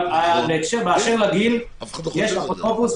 באשר לגיל יש אפוטרופוס,